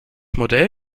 modell